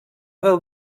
del